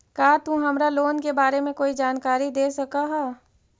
का तु हमरा लोन के बारे में कोई जानकारी दे सकऽ हऽ?